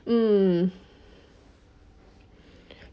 mm